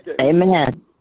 Amen